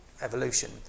evolution